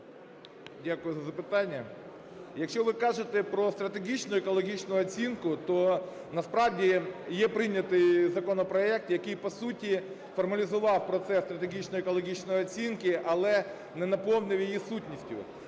Дякую за запитання. Якщо ви кажете про стратегічну екологічну оцінку, то, насправді, є прийнятий законопроект, який по суті формалізував процес стратегічної екологічної оцінки, але не наповнив її сутністю.